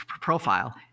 profile